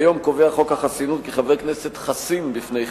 כיום קובע חוק החסינות כי חבר כנסת חסין בפני חיפוש.